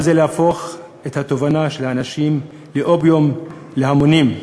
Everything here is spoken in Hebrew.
מה זה להפוך את התובנה של האנשים לאופיום להמונים?